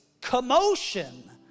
commotion